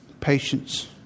Patience